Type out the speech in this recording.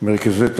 מרכזי תעסוקה,